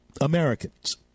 Americans